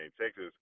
Texas